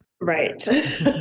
Right